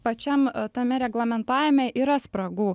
pačiam tame reglamentavime yra spragų